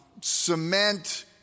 cement